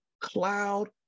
cloud